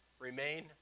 remain